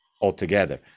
altogether